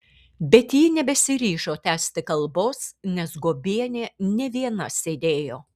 bet ji nebesiryžo tęsti kalbos nes guobienė ne viena sėdėjo